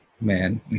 man